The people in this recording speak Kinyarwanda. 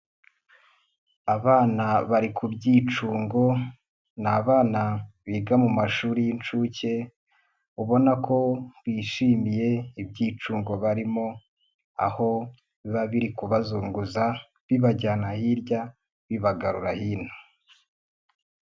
Abana bari ku byicungo, ni abana biga mu mashuri y'incuke, ubona ko bishimiye ibyicungo barimo, aho biba biri kubazunguza, bibajyana hirya, bibagarura bibagarura hino.